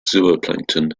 zooplankton